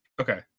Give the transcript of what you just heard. Okay